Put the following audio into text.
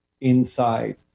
inside